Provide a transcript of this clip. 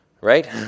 right